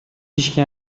هیچکی